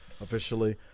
officially